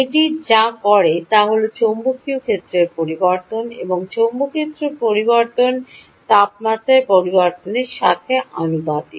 এটি যা করে তা হল চৌম্বকীয় ক্ষেত্রের পরিবর্তন এবং চৌম্বকীয় ক্ষেত্রের পরিবর্তন তাপমাত্রায় পরিবর্তনের সাথে আনুপাতিক